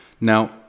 Now